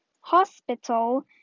hospital